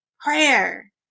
Prayer